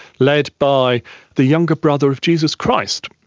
led by the younger brother of jesus christ,